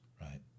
right